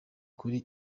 kuri